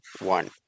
one